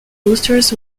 boosters